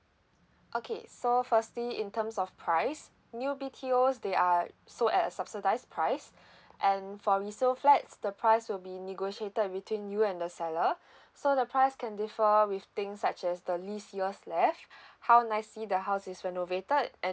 okay so firstly in terms of price new B_T_Os they are sold at a subsidized price and for resale flats the price will be negotiated between you and the seller so the price can differ with things such as the lease your's left how nicely the house is renovated and